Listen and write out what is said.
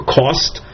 cost